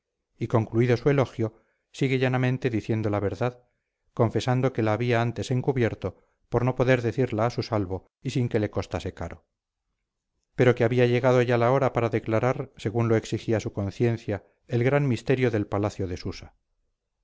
y concluido su elogio sigue llanamente diciendo la verdad confesando que la había antes encubierto por no poder decirla a su salvo y sin que le costase caro pero que había llegado ya la hora para declarar según lo exigía su conciencia el gran misterio del palacio de susa